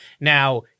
Now